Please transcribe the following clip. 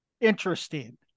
Interesting